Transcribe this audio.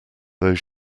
though